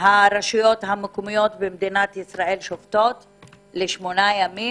הרשויות המקומיות בישראל שובתות לשמונה ימים,